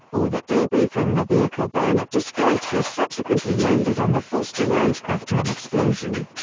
or that debris from the vehicle barnett described had subsequently landed on the foster ranch after an explosion.